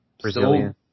Brazilian